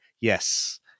yes